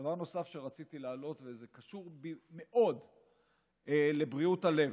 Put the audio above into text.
נוסף שרציתי להעלות, וזה קשור מאוד לבריאות הלב: